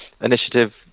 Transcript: initiative